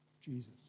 Jesus